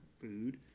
food